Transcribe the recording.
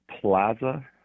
Plaza